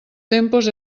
tempos